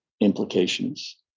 implications